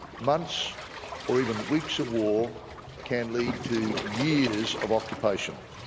months or even weeks of war can lead to years of occupation,